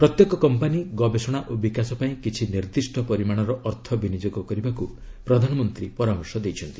ପ୍ରତ୍ୟେକ କମ୍ପାନୀ ଗବେଷଣା ଓ ବିକାଶ ପାଇଁ କିଛି ନିର୍ଦ୍ଦିଷ୍ଟ ପରିମାଣର ଅର୍ଥ ବିନିଯୋଗ କରିବାକୁ ପ୍ରଧାନମନ୍ତ୍ରୀ ପରାମର୍ଶ ଦେଇଛନ୍ତି